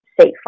safe